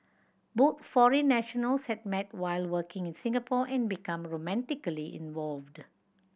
both foreign nationals had met while working in Singapore and become romantically involved